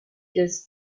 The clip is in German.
des